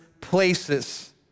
places